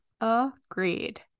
Agreed